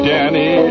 Danny